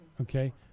Okay